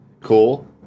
Cool